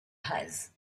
has